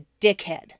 dickhead